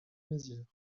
mézières